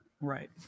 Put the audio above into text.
right